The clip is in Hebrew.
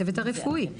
הצוות הרפואי.